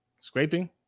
Scraping